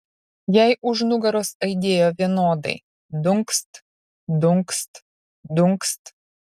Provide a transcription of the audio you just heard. jai už nugaros aidėjo vienodai dunkst dunkst dunkst